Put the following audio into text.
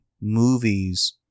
movies